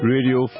Radio